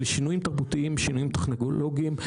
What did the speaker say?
לשינויים תרבותיים ושינויים טכנולוגיים,